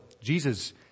Jesus